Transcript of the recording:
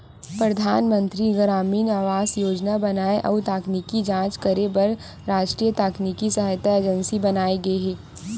परधानमंतरी गरामीन आवास योजना बनाए अउ तकनीकी जांच करे बर रास्टीय तकनीकी सहायता एजेंसी बनाये गे हे